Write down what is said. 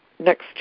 next